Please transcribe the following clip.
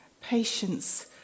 patience